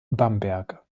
bamberg